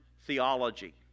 theology